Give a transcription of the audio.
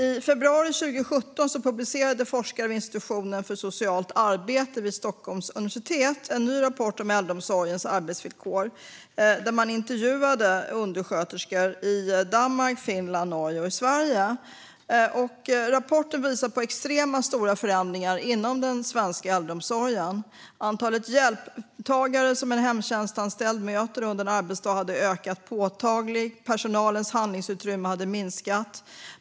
I februari 2017 publicerade forskare vid Institutionen för socialt arbete vid Stockholms universitet en ny rapport om äldreomsorgens arbetsvillkor. Man intervjuade undersköterskor i Danmark, Finland, Norge och Sverige. Rapporten visar på extremt stora förändringar inom den svenska äldreomsorgen. Antalet hjälptagare som en hemtjänstanställd möter under en arbetsdag hade ökat påtagligt. Personalens handlingsutrymme hade minskat.